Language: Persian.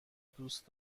دوست